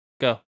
Go